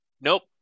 nope